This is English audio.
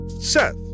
Seth